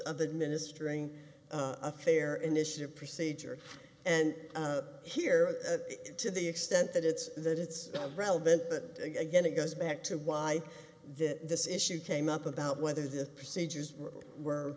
of the ministering affair initiative procedure and here to the extent that it's that it's relevant but again it goes back to why this issue came up about whether the procedures were